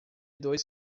dois